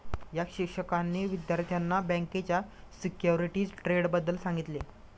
या शिक्षकांनी विद्यार्थ्यांना बँकेच्या सिक्युरिटीज ट्रेडबद्दल सांगितले